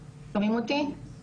אני יושרת,